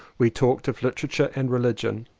we talked of literature and religion.